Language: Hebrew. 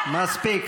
מספיק.